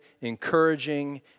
encouraging